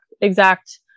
exact